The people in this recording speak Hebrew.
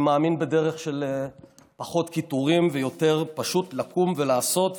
אני מאמין בדרך של פחות קיטורים ויותר פשוט לקום ולעשות,